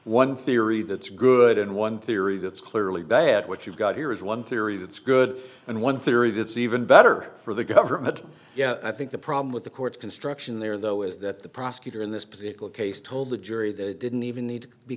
one theory that's good and one theory that's clearly bad what you've got here is one theory that's good and one theory that's even better for the government yeah i think the problem with the court's construction there though is that the prosecutor in this particular case told the jury they didn't even need to be